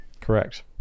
Correct